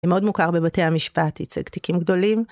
שם מאוד מוכר בבתי המשפט, ייצג תיקים גדולים.